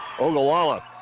Ogallala